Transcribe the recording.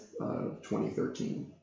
2013